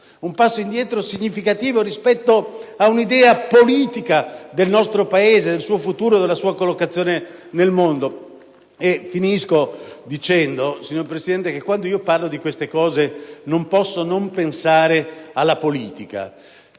un passo indietro significativo rispetto a un'idea politica del nostro Paese, del suo futuro e della sua collocazione nel mondo. Concludo, signor Presidente, ribadendo che, quando parlo di tali argomenti, non posso non pensare alla politica,